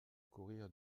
courir